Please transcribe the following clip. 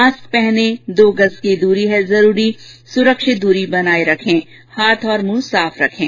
mask पहनें दो गज़ की दूरी है जरूरी सुरक्षित दूरी बनाए रखें हाथ और मुंह साफ रखें